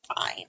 fine